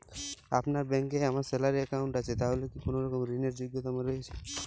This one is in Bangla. আপনার ব্যাংকে আমার স্যালারি অ্যাকাউন্ট আছে তাহলে কি কোনরকম ঋণ র যোগ্যতা আমার রয়েছে?